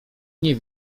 nie